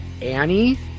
Annie